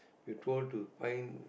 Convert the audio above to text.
you told to find